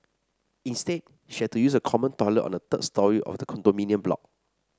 instead she had to use a common toilet on the third storey of the condominium block